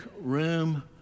room